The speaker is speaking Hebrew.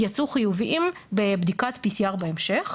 יצאו חיובים בבדיקת PCR בהמשך.